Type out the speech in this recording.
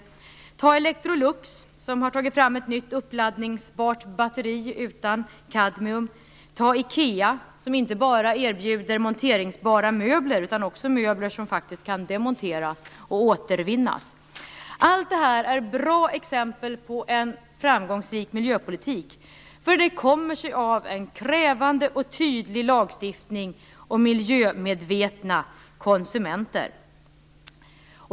Electrolux har tagit fram ett nytt uppladdningsbart batteri utan kadmium. IKEA erbjuder inte bara monteringsbara möbler utan också möbler som kan demonteras och återvinnas. Allt detta är bra exempel på en framgångsrik miljöpolitik. Det är resultatet av en krävande och tydlig lagstiftning och av att det finns miljömedvetna konsumenter.